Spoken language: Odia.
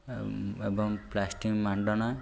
ଏବଂ ପ୍ଲାଷ୍ଟିକ ମାଡ଼ଣା